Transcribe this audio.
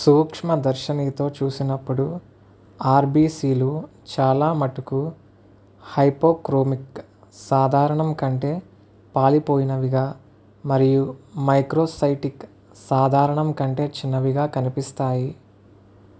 సూక్ష్మదర్షనితో చూసినప్పుడు ఆర్బిసిలు చాలామటుకు హైపో క్రోమిక్ సాధారణం కంటే పాలిపోయినవిగా మరియు మైక్రో సైటిక్ సాధారణం కంటే చిన్నవిగా కనిపిస్తాయి